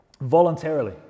voluntarily